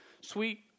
sweet